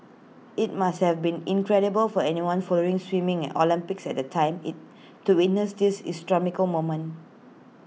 IT must have been incredible for anyone following swimming at Olympics at the time IT to witness this moment